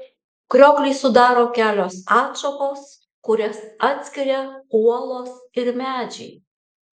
krioklį sudaro kelios atšakos kurias atskiria uolos ir medžiai